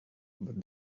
but